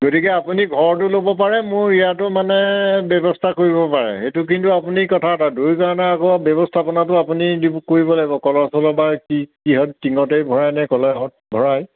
গতিকে আপুনি ঘৰতো ল'ব পাৰে মোৰ ইয়াতো মানে ব্যৱস্থা কৰিব পাৰে সেইটো কিন্তু আপুনি কথা এটা দুয়ো কাৰণে আকৌ ব্যৱস্থাপনাটো আপুনি কৰিব লাগিব কলা চলাবা কি কিহত টিঙতেই ভৰাই নে কলহত ভৰাই